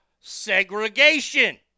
segregation